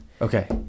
Okay